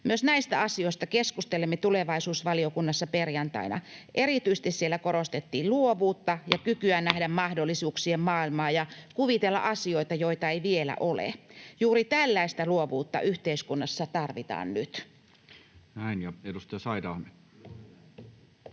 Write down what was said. Myös näistä asioista keskustelimme tulevaisuusvaliokunnassa perjantaina. Erityisesti siellä korostettiin luovuutta ja kykyä nähdä mahdollisuuksien maailmaa ja kuvitella asioita, joita ei vielä ole. Juuri tällaista luovuutta yhteiskunnassa tarvitaan nyt.